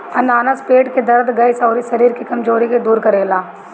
अनानास पेट के दरद, गैस, अउरी शरीर के कमज़ोरी के दूर करेला